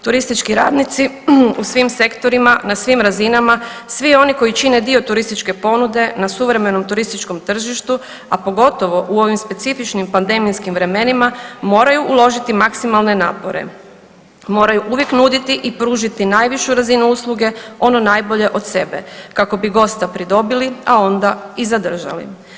Turistički radnici u svim sektorima na svim razinama, svi oni koji čine dio turističke ponude na suvremenom turističkom tržištu, a pogotovo u ovim specifičnim pandemijskim vremenima moraju uložiti maksimalne napore, moraju uvijek nuditi i pružiti najvišu razinu usluge ono najbolje od sebe kako bi gosta pridobili, a onda i zadržali.